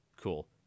Cool